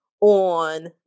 on